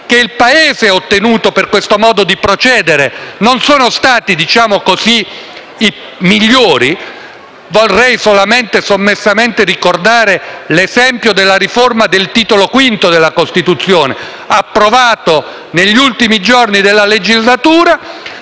che il Paese ha ottenuto per questo modo di procedere non sono stati, per così dire, i migliori. Vorrei sommessamente ricordare l'esempio della riforma del Titolo V della Costituzione, approvata negli ultimi giorni di legislatura